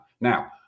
Now